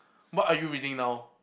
what are you reading now